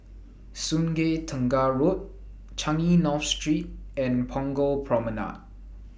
Sungei Tengah Road Changi North Street and Punggol Promenade